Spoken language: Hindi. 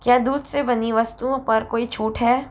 क्या दूध से बनी वस्तुओं पर कोई छूट है